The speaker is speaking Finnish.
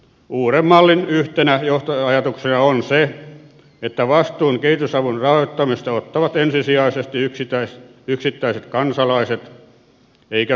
uuden mallin yhtenä johtoajatuksena on se että vastuun kehitysavun rahoittamisesta ottavat ensisijaisesti yksittäiset kansalaiset eikä suomen valtio